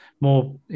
more